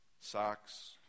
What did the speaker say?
socks